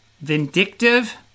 vindictive